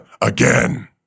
again